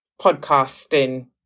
podcasting